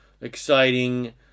exciting